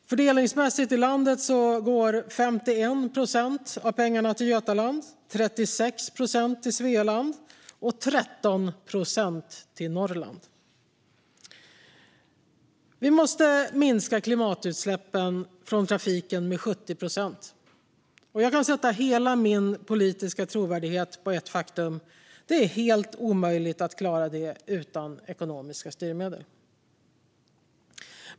Fördelningsmässigt i landet går 51 procent av pengarna till Götaland, 36 procent till Svealand och 13 procent till Norrland. Vi måste minska klimatutsläppen från trafiken med 70 procent. Jag kan sätta hela min politiska trovärdighet på ett faktum: Det är helt omöjligt att klara det utan ekonomiska styrmedel.